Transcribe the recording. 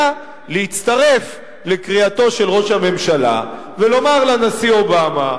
היה להצטרף לקריאתו של ראש הממשלה ולומר לנשיא אובמה,